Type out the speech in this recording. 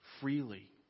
freely